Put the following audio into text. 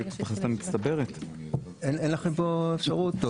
אין לכם פה אפשרות?